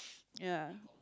ya